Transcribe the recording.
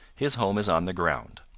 his home is on the ground.